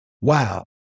wow